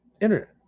internet